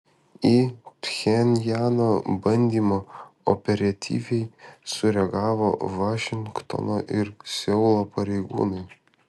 į pchenjano bandymą operatyviai sureagavo vašingtono ir seulo pareigūnai